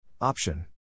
Option